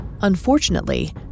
Unfortunately